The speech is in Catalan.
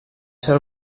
ser